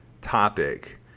topic